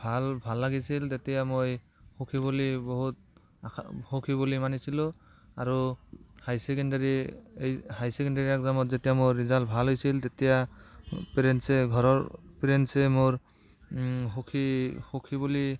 ভাল ভাল লাগিছিল তেতিয়া মই সুখী বুলি বহুত আশা সুখী বুলি মানিছিলোঁ আৰু হাই ছেকেণ্ডেৰী এই হাই ছেকেণ্ডেৰী এক্জামত যেতিয়া মোৰ ৰিজাল্ট ভাল হৈছিল তেতিয়া পেৰেণ্টছে ঘৰৰ পেৰেণ্টেছে মোৰ সুখী সুখী বুলি